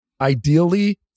Ideally